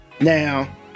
Now